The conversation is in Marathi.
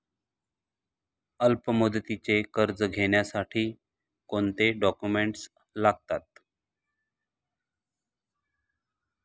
अल्पमुदतीचे कर्ज घेण्यासाठी कोणते डॉक्युमेंट्स लागतात?